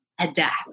adapt